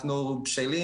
אנחנו בשלים.